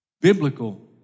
biblical